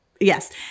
Yes